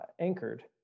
Anchored